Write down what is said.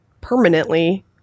permanently